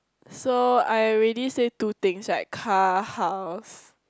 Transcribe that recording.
so I already say two things right car house